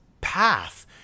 path